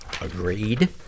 Agreed